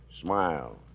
smile